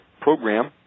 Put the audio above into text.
program